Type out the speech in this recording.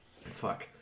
Fuck